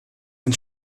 ein